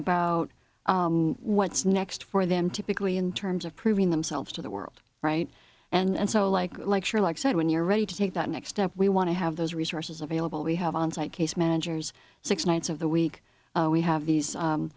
about what's next for them typically in terms of proving themselves to the world right and so like like sure like i said when you're ready to take that next step we want to have those resources available we have on site case managers six nights of the week we have these